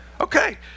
Okay